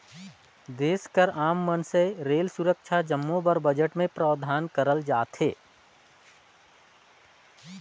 देस कर आम मइनसे रेल, सुरक्छा जम्मो बर बजट में प्रावधान करल जाथे